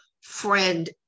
friend